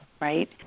Right